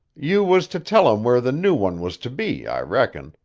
you was to tell em where the new one was to be, i reckon,